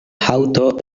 haŭto